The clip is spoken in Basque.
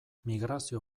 migrazio